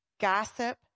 gossip